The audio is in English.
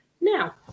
now